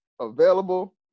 available